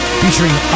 featuring